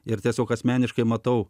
ir tiesiog asmeniškai matau